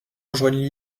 rejoignent